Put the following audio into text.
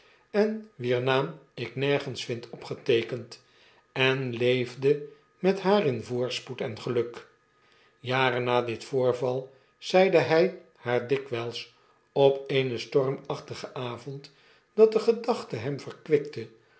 en wier naam ik nergens vind opgeteekend en leefde met haar in voorspoed en geluk jaren na dit voorval zeide hjj haar dikwyls op eenen stormachtigen avond dat de gedachte hem